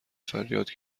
فریاد